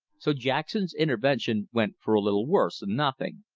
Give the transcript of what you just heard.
so jackson's intervention went for a little worse than nothing.